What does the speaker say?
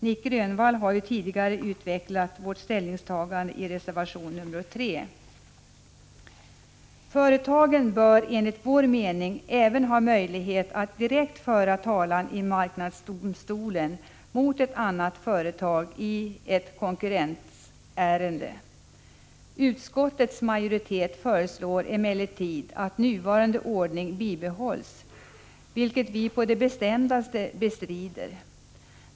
Nic Grönvall har ju tidigare utvecklat vårt ställningstagande i reservation 3. Företagen bör enligt vår mening även ha möjlighet att direkt föra talan i marknadsdomstolen mot ett annat företag i ett konkurrensärende. Utskottets majoritet föreslår emellertid att nuvarande ordning bibehålls, vilket vi på det bestämdaste motsätter oss.